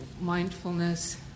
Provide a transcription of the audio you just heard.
mindfulness